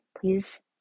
please